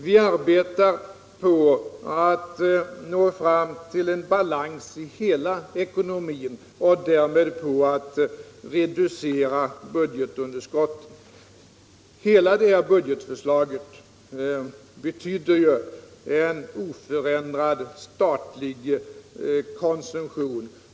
Vi arbetar på att nå fram till en balans i hela ekonomin och därmed på att reducera budgetunderskottet. Hela budgetförslaget betyder en oförändrad statlig konsumtion.